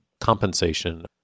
compensation